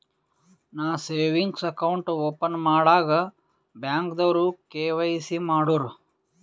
ನಾ savings account open ಮಾಡಾಗ್ ಬ್ಯಾಂಕ್ದವ್ರು ಕೆ.ವೈ.ಸಿ ಮಾಡೂರು